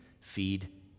feed